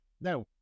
Now